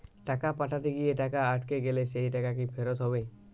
টাকা পাঠাতে গিয়ে টাকা আটকে গেলে সেই টাকা কি ফেরত হবে?